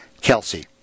Kelsey